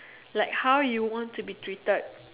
like how you want to be treated